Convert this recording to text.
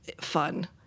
fun